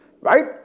right